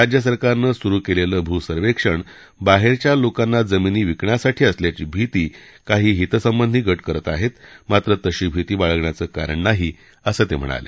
राज्य सरकारनं सुरु केलेलं भू सर्वेक्षण बाहेरच्या लोकांना जमिनी विकण्यासाठी असल्याची भीती काही हितसंबंधी गट करत आहेत मात्र तशी भीती बाळगण्याचं कारण नाही असं ते म्हणाले